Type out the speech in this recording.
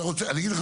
אני אגיד לך